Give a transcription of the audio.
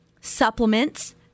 supplements